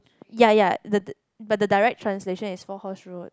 ya ya the the but the direct translation is four horse road